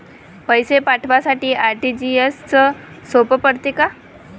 पैसे पाठवासाठी आर.टी.जी.एसचं सोप पडते का?